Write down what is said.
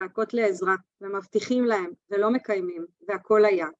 ‫מחכות לעזרה. ומבטיחים להם, ‫ולא מקיימים. והכול היה.